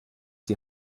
die